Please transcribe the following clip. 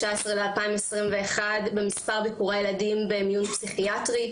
ל-2021 במספר ביקורי הילדים במיון פסיכיאטרי.